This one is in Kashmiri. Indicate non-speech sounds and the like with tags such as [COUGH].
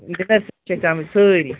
[UNINTELLIGIBLE] سٲری